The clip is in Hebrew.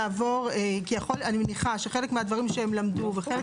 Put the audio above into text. אני מניחה שחלק מהדברים שהם למדו וחלק